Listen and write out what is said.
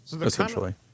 essentially